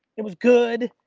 it was good.